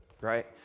right